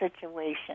situation